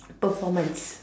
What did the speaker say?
performance